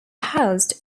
housed